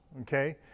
Okay